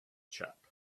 chap